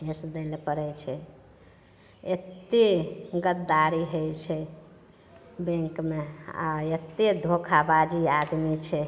एतेक दै लए पड़ै छै एतेक गद्दारी होइ छै बैंक मे आ एतेक धोखा बाजी आदमी छै